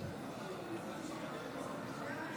חברי